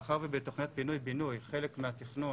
מאחר ובתוכניות פינוי-בינוי חלק מהתכנון